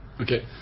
Okay